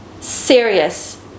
serious